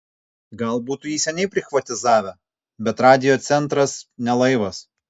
gal būtų jį seniai prichvatizavę bet radijo centras ne laivas